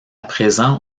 présent